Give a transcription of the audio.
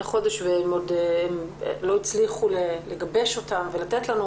חודש והם לא הצליחו לגבש אותם ולתת לנו.